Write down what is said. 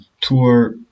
tour